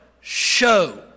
show